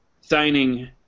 signing